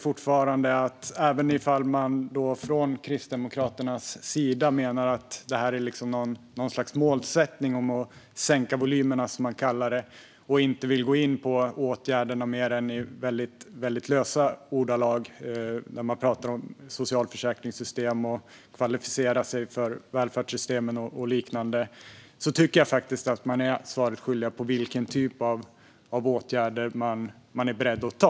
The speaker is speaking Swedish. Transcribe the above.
Från Kristdemokraternas sida menar man att det är något slags målsättning att minska volymerna, som man kallar det. Man inte vill gå in på åtgärderna mer än i väldigt lösa ordalag, men man talar om socialförsäkringssystem, att kvalificera sig till välfärdssystemen och liknande. Då tycker jag faktiskt att man är svaret skyldig när det gäller vilken typ av åtgärder man är beredd att vidta.